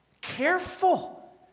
careful